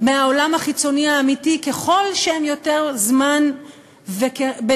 מהעולם החיצוני האמיתי ככל שהם יותר זמן בתפקיד.